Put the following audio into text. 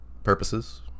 Purposes